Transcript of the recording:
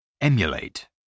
Emulate